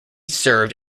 served